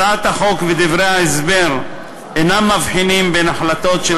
הצעת החוק ודברי ההסבר אינם מבחינים בין החלטות של